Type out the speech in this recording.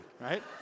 right